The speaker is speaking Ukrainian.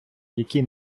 який